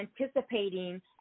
anticipating